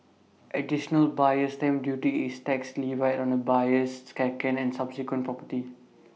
additional buyer's stamp duty is tax levied on A buyer's second and subsequent property